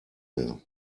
mehr